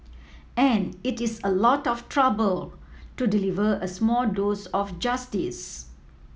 and it is a lot of trouble to deliver a small dose of justice